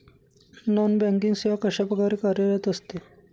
Non banking सेवा कशाप्रकारे कार्यरत असते?